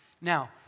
Now